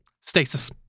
Stasis